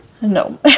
no